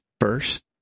first